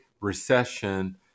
recession